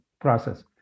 process